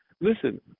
Listen